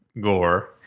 Gore